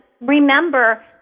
remember